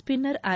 ಸ್ಸಿನ್ನರ್ R